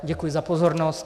Děkuji za pozornost.